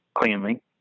cleanly